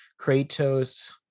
kratos